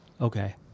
Okay